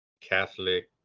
Catholic